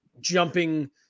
jumping